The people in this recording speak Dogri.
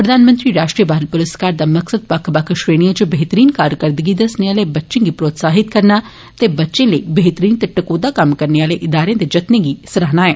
प्रधानमंत्री राष्ट्रीय बाल प्रूस्कार दा मकसद बक्ख बक्ख क्षेत्रें इच बेहतरीन कारकरदगी दस्सने आले बच्चे गी प्रोतसाहित करना ते बच्चें लेई बेहतरीन ते टकोदा कम्म् करने आले इदारें दे जत्ने गी सराहना ऐ